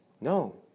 No